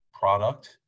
product